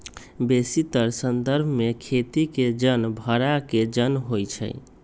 बेशीतर संदर्भ में खेती के जन भड़ा के जन होइ छइ